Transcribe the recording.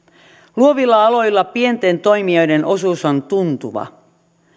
luovilla aloilla pienten toimijoiden osuus on tuntuva